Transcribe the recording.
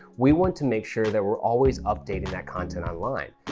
we want to make sure that we're always updating that content online.